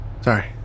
Sorry